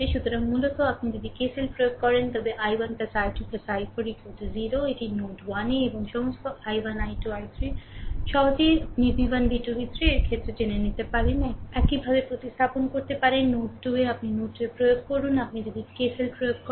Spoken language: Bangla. সুতরাং মূলত আপনি যদি KCL প্রয়োগ করেন তবে i1 i2 i4 0 এটি নোড 1 এ এবং সমস্ত I1 I2 I3 সহজেই আপনিv1v2v3 এর ক্ষেত্রে জেনে নিতে পারেন আপনি একইভাবে প্রতিস্থাপন করতে পারেন নোড 2 এ আপনি নোড 2 প্রয়োগ করেন আপনি যদি KCL প্রয়োগ করেন